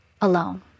alone